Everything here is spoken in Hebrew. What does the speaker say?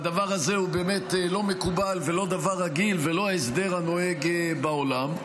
הדבר הזה באמת לא מקובל ולא דבר רגיל ולא ההסדר הנוהג בעולם.